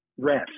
Rest